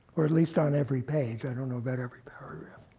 or at least on every page. i don't know about every paragraph.